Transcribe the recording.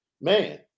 man